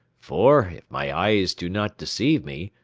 for, if my eyes do not deceive me,